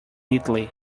neatly